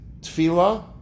tefillah